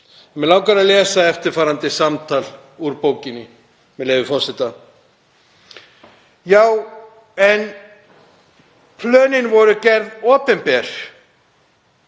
Mig langar að lesa eftirfarandi samtal úr bókinni, með leyfi forseta: „Já, en plönin voru gerð opinber.